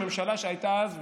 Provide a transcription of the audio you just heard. הממשלה שהייתה אז,